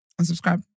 Unsubscribe